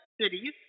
cities